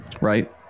right